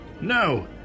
No